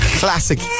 classic